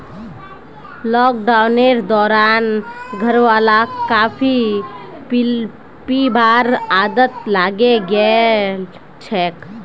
लॉकडाउनेर दौरान घरवालाक कॉफी पीबार आदत लागे गेल छेक